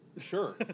Sure